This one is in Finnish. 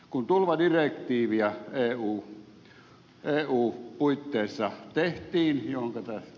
kun eu puitteissa tehtiin jo ovelta